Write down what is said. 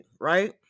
right